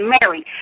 married